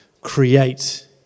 Create